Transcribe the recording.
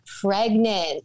pregnant